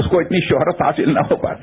उसको इतनी शोहरत हासिल न हो पाती